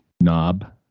Knob